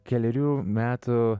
kelerių metų